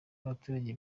abaturage